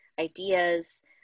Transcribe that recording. ideas